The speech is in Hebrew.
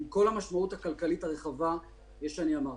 עם כל המשמעות הכלכלית הרחבה שאני אמרתי.